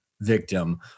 victim